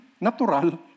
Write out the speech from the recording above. natural